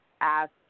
ask